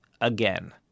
Again